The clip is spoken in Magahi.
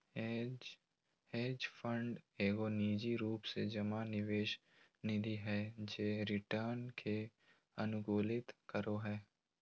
हेज फंड एगो निजी रूप से जमा निवेश निधि हय जे रिटर्न के अनुकूलित करो हय